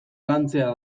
lantzea